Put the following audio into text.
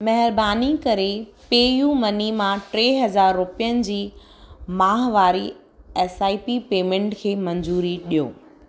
महिरबानी करे PayUmoney मां टे हज़ार रुपियनि जी माहवारी एस आई पी पेमेंट खे मंज़ूरी ॾियो